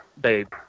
babe